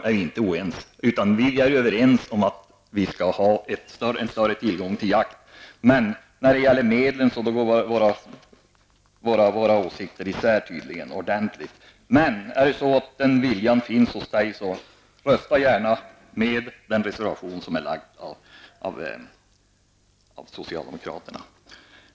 Jag utgår från att vi är överens om att vi skall ha en större tillgång till jakt, men när det gäller medlen går våra åsikter tydligen ordentligt isär. Rösta gärna för den reservation som har avgivits av socialdemokraterna!